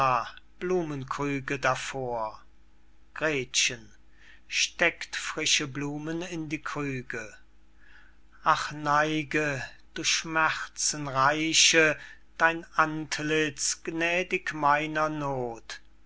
dolorosa blumenkrüge davor gretchen steckt frische blumen in die krüge ach neige du schmerzenreiche dein antlitz gnädig meiner noth